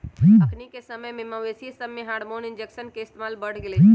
अखनिके समय में मवेशिय सभमें हार्मोन इंजेक्शन के इस्तेमाल बहुते बढ़ गेलइ ह